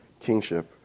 kingship